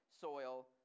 soil